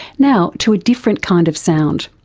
now to a different kind of sound.